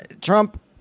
Trump